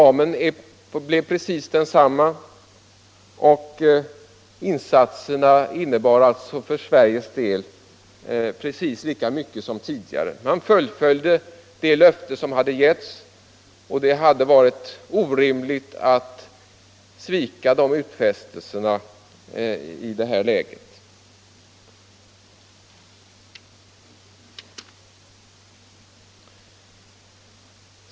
Ramen blev precis densamma och insatserna innebar för Sveriges del precis lika mycket som tidigare. Man fullföljde det löfte som givits. Det hade varit orimligt att svika de utfästelserna i det här läget.